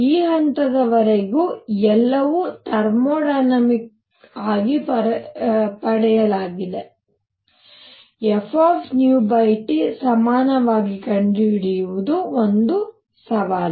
ಈ ಹಂತದವರೆಗೆ ಎಲ್ಲವೂ ಥರ್ಮೋಡೈನಮಿಕ್ ಆಗಿ ಪಡೆಯಲಾಗಿದೆ fTಸಮಾನವಾಗಿ ಕಂಡುಹಿಡಿಯುವುದು ಸವಾಲು